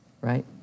right